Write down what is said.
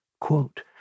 Quote